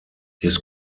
his